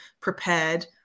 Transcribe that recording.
prepared